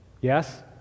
Yes